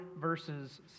verses